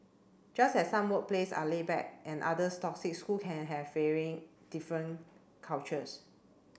just as some workplace are laid back and others toxic schools can have very different cultures